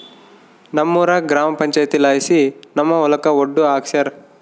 ನಮ್ಮೂರ ಗ್ರಾಮ ಪಂಚಾಯಿತಿಲಾಸಿ ನಮ್ಮ ಹೊಲಕ ಒಡ್ಡು ಹಾಕ್ಸ್ಯಾರ